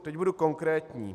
Teď budu konkrétní.